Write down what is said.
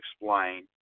explain